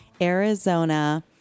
Arizona